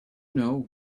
know